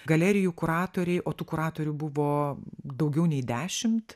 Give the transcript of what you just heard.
galerijų kuratoriai o tų kuratorių buvo daugiau nei dešimt